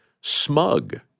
smug